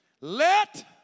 Let